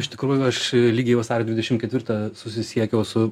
iš tikrųjų aš lygiai vasario dvidešim ketvirtą susisiekiau su